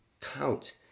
count